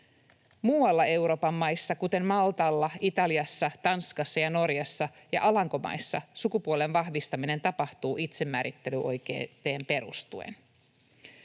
Muissa Euroopan maissa, kuten Maltalla, Italiassa, Tanskassa, Norjassa ja Alankomaissa, sukupuolen vahvistaminen tapahtuu itsemäärittelyoikeuteen perustuen.